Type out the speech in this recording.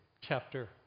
chapter